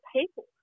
people